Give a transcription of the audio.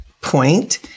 point